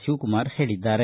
ಶಿವಕುಮಾರ್ ಹೇಳಿದ್ದಾರೆ